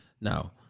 Now